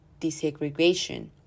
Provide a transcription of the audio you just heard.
desegregation